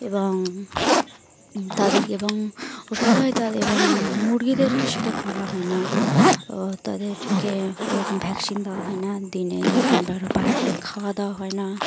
এবং তাদের এবং ওষুধ হয় ত এবং মুরগিদেরকে সেটা করা হয় না তাদেরকে ওরকম ভ্যাকসিন দেওয়া হয় না দিনে দু তিনবার ভালো করে খাওয়া দাওয়া হয় না